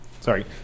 Sorry